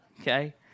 Okay